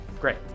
great